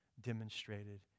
demonstrated